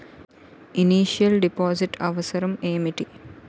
Initial deposit అవసరం ఏమిటి?